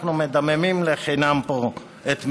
אנחנו מדממים לחינם פה את מילינו.